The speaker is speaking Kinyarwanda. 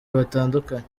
batandukanye